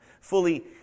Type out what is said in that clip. fully